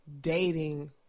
dating